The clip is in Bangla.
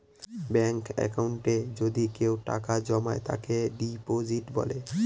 ব্যাঙ্কে একাউন্টে যদি কেউ টাকা জমায় তাকে ডিপোজিট বলে